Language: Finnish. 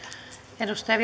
arvoisa